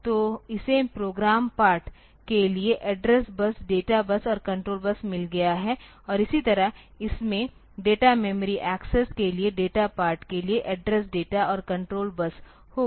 तो इसे program part के लिए एड्रेस बस डेटा बस और कंट्रोल बस मिल गया है और इसी तरह इसमें डेटा मेमोरी एक्सेस के लिए डेटा पार्ट के लिए एड्रेस डेटा और कंट्रोल बस होगा